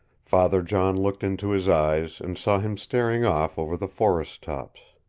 father john looked into his eyes, and saw him staring off over the forest-tops.